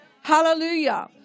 Hallelujah